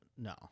No